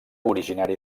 originari